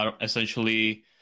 essentially